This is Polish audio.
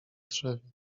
drzewie